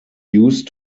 used